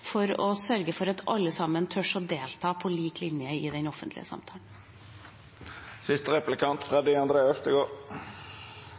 for å sørge for at alle tør å delta på lik linje i den offentlige samtalen.